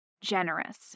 generous